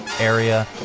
area